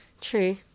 True